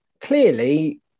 clearly